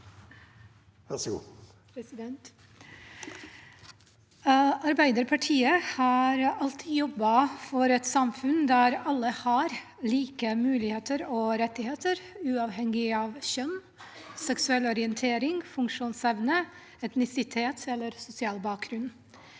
Arbeiderparti- et har alltid jobbet for et samfunn der alle har like mu ligheter og rettigheter, uavhengig av kjønn, seksuell orientering, funksjonsevne, etnisitet eller sosial bakgrunn,